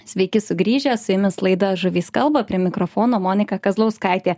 sveiki sugrįžę su jumis laida žuvys kalba prie mikrofono monika kazlauskaitė